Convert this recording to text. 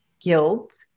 guilt